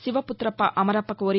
Shiva Putrappa Amarappa Kori